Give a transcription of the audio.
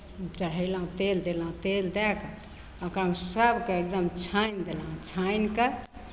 चढ़यलहुँ तेल देलहुँ तेल दए कऽ ओकरामे सभके एकदम छानि देलहुँ छानि कऽ